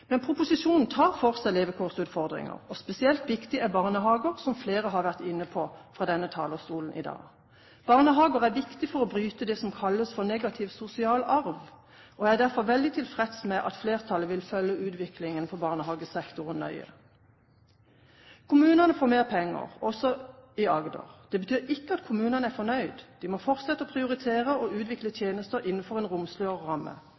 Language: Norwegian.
Men proposisjonen tar for seg levekårsutfordringer, og spesielt viktig er barnehager, som flere har vært inne på fra denne talerstolen i dag. Barnehager er viktig for å bryte det som kalles for negativ sosial arv. Jeg er derfor veldig tilfreds med at flertallet vil følge utviklingen på barnehagesektoren nøye. Kommunene får mer penger, også i Agder. Det betyr ikke at kommunene er fornøyd. De må fortsette å prioritere og utvikle tjenester innenfor en romsligere ramme.